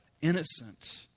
innocent